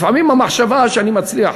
לפעמים המחשבה שאני מצליח,